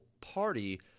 party